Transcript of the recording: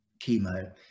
chemo